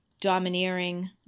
domineering